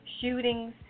shootings